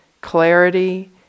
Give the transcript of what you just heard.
clarity